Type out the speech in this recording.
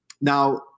Now